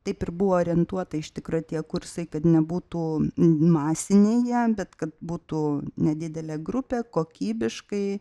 taip ir buvo orientuota iš tikro tie kursai kad nebūtų masiniai jie bet kad būtų nedidelė grupė kokybiškai